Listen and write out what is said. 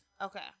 Okay